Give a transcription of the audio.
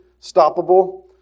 stoppable